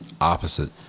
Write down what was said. Opposite